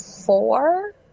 Four